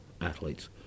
athletes